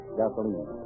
gasoline